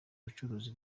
ubucuruzi